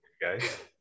guys